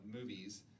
movies